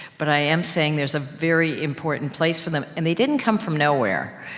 but i am saying, there's a very important place for them, and they didn't come from nowhere.